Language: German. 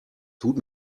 tut